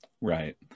Right